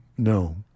No